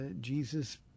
Jesus